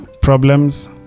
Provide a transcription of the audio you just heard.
problems